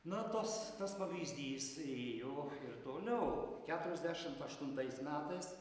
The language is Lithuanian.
na tos tas pavyzdys ėjo ir toliau keturiasdešimt aštuntais metais